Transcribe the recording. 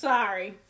Sorry